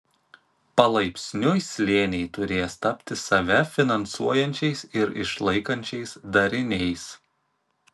palaipsniui slėniai turės tapti save finansuojančiais ir išlaikančiais dariniais